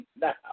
Now